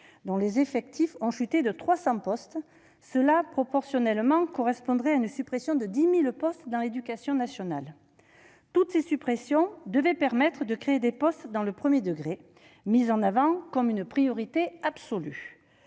dont les effectifs ont chuté de 300 postes : cela correspondrait, en proportion, à une suppression de 10 000 postes dans l'éducation nationale ! Toutes ces suppressions devaient permettre de créer des postes dans le premier degré, présenté comme une priorité absolue.